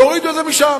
תורידו את זה משם.